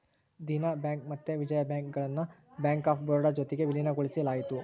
Dena bank ಮತ್ತೆ Vijaya bank ಗುಳ್ನ bank of Baroda ಜೊತಿಗೆ ವಿಲೀನಗೊಳಿಸಲಾಯಿತು